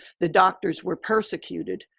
the doctors were persecuted.